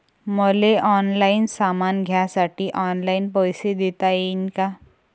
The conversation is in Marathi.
मले ऑनलाईन सामान घ्यासाठी ऑनलाईन पैसे देता येईन का?